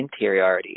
interiority